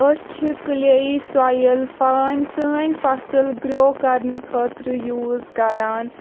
أسۍ چھِ clay soil fine سٲنۍ فصٕل گرو کرنہٕ خٲطرٕ یوٗز کران